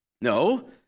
No